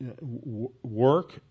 work